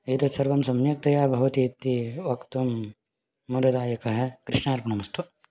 एतत् सर्वं सम्यक्तया भवति इत्ति वक्तुं मोददायकः कृष्णार्पणमस्तु